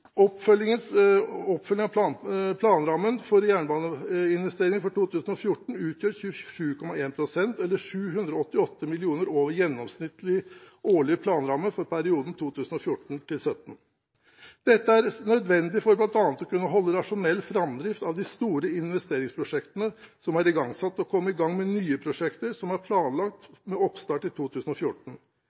av planrammen for jernbaneinvesteringene for 2014 utgjør 27,1 pst. eller 788 mill. kr over gjennomsnittlig årlig planramme for perioden 2014–2017. Dette er nødvendig for bl.a. å kunne holde rasjonell framdrift i de store investeringsprosjektene som er igangsatt, og komme i gang med nye prosjekter som var planlagt med oppstart i 2014.